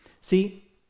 See